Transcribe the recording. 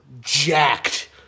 jacked